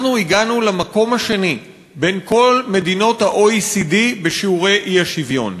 אנחנו הגענו למקום השני בכל מדינות ה-OECD בשיעורי האי-שוויון.